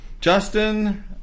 Justin